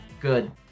Good